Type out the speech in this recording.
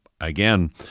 again